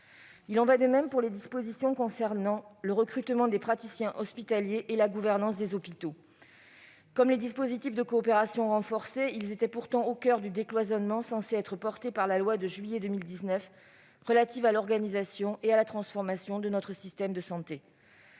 Il en va de même pour les dispositions concernant le recrutement des praticiens hospitaliers et la gouvernance des hôpitaux. Comme les dispositifs de coopération renforcée, ils étaient pourtant au coeur du décloisonnement censé être porté par la loi de juillet 2019 relative à l'organisation et à la transformation de notre système de santé.